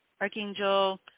archangel